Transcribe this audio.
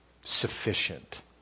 Sufficient